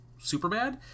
Superbad